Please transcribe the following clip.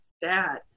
dad